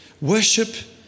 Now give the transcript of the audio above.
Worship